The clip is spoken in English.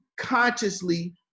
consciously